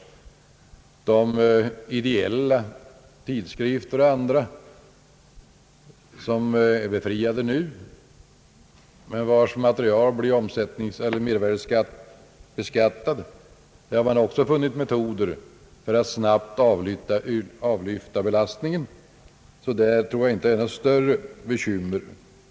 För de ideella tidskrifter, som nu är befriade från mervärdeskatt men vilkas material blir mervärdebeskattat, har man också funnit metoder för att snabbt avlyfta den belastningen. För dem tror jag inte det är några större bekymmer.